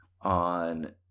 on